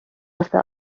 واسه